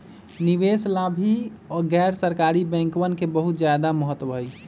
निवेश ला भी गैर सरकारी बैंकवन के बहुत ज्यादा महत्व हई